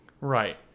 right